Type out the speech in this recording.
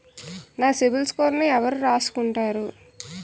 నా సిబిల్ స్కోరును ఎవరు రాసుకుంటారు